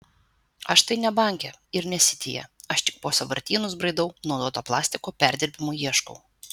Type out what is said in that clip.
aš tai ne banke ir ne sityje aš tik po sąvartynus braidau naudoto plastiko perdirbimui ieškau